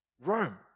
Rome